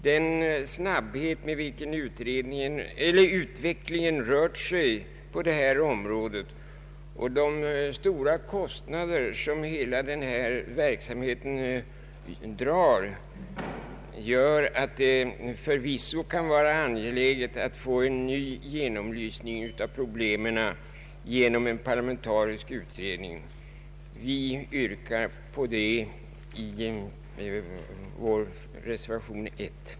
Den snabbhet, med vilken utvecklingen sker på det här området och de stora kostnader som verksamheten drar, gör det förvisso angeläget att få en ny genomlysning av problemen genom en parlamentarisk utredning, vilket vi alltså yrkar i reservation 1.